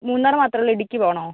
മൂന്നാർ മാത്രമേ ഉള്ളൂ ഇടുക്കി പോകണോ